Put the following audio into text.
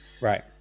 Right